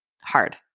hard